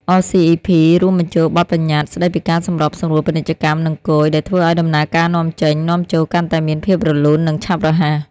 អ សុី អុី ភី(RCEP) រួមបញ្ចូលបទប្បញ្ញត្តិ ស្តីពីការសម្របសម្រួលពាណិជ្ជកម្ម និង គយ ដែលធ្វើឲ្យដំណើរការនាំចេញ-នាំចូលកាន់តែមានភាពរលូន និងឆាប់រហ័ស។